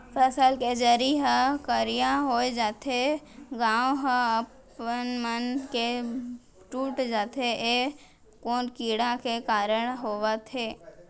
फसल के जरी ह करिया हो जाथे, गांठ ह अपनमन के टूट जाथे ए कोन कीड़ा के कारण होवत हे?